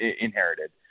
inherited